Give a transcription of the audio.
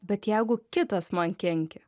bet jeigu kitas man kenkia